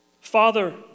Father